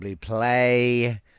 play